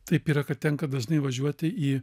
taip yra kad tenka dažnai važiuoti į